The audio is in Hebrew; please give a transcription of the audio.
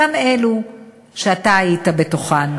גם אלו שאתה היית בתוכן,